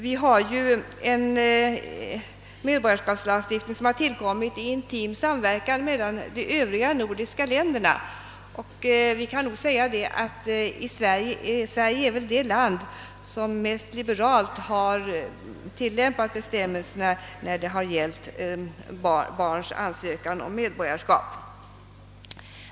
Vi har ju en medborgarskapslagstiftning, som tillkommit i intim samverkan med övriga nordiska länder, och vi kan nog hävda att Sverige är det land som har tilllämpat bestämmelserna mest liberalt då det gällt ansökningar om medborgarskap.